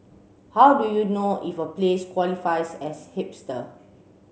how do you know if a place qualifies as hipster